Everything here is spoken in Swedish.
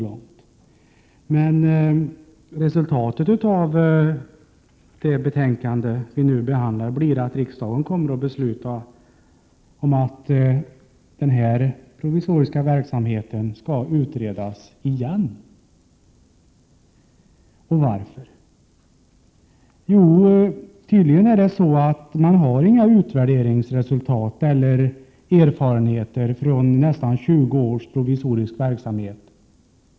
Men resultatet av det betänkande vi nu behandlar blir att riksdagen kommer att besluta om att den här provisoriska verksamheten skall utredas igen. Varför? Jo, tydligen har utskottsmajoriteten inga utvärderingsresultat eller erfarenheter från nästan 20 års provisorisk verksamhet.